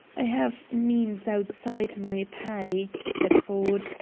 i have means outside my pay, said ford.